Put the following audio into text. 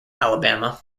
alabama